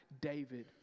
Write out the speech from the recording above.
David